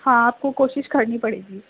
ہاں آپ کو کوشش کرنی پڑے گی